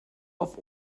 auf